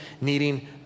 needing